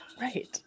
Right